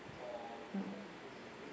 mm